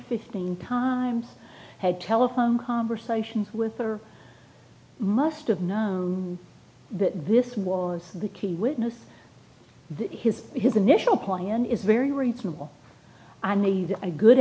fifteen times had telephone conversation with her must have known that this was the key witness has his initial client is very reasonable i need a good